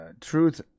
Truth